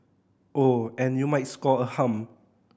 oh and you might score a hum